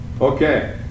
Okay